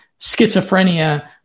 schizophrenia